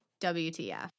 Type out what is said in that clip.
WTF